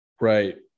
Right